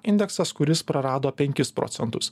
indeksas kuris prarado penkis procentus